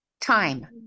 time